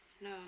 No